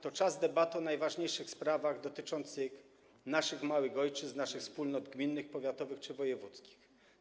To czas debaty o najważniejszych sprawach dotyczących naszych małych ojczyzn, naszych wspólnot gminnych, powiatowych czy wojewódzkich.